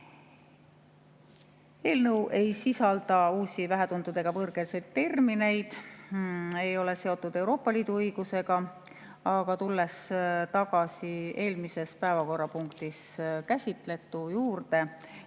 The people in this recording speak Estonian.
Eelnõu ei sisalda uusi, vähetuntud ega võõrkeelseid termineid, see ei ole ka seotud Euroopa Liidu õigusega. Aga tulles tagasi eelmises päevakorrapunktis käsitletu juurde,